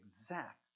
exact